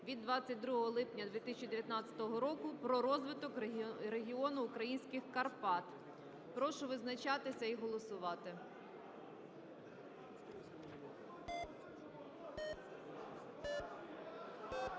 від 22 липня 2019 року "Про розвиток регіону українських Карпат". Прошу визначатися і голосувати.